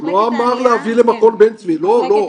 הוא לא אמר להביא למכון בן צבי, לא, לא.